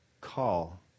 call